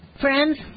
Friends